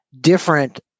different